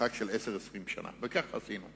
למרחק של 10 20 שנים, וכך עשינו.